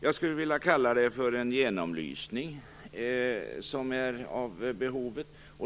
Jag skulle vilja säga att det som behövs är en genomlysning.